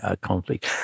conflict